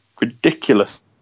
ridiculous